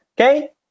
Okay